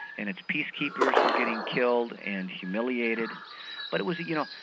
and its peacekeepers were getting killed and humiliated but it was you know,